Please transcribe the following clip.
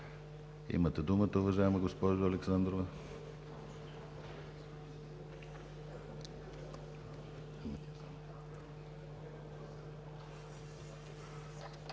Имате думата, уважаема госпожо Александрова.